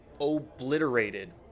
obliterated